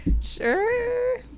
Sure